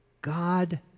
God